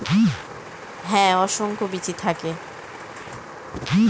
তরমুজ ফলের ভেতরে যে কালো রঙের বিচি গুলো থাকে